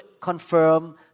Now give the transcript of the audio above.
confirm